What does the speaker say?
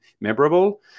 memorable